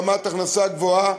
ברמת הכנסה גבוהה,